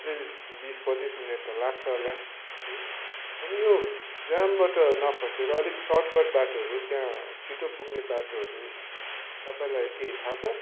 अझै बिस पच्चिस मिनट त लाग्छ होला है अनि यो जामबाट नफँसेर अलिक सर्टकर्ट बाटोहरू त्यहाँ छिटो पुग्ने बाटोहरू तपाईँलाई के थाहा छ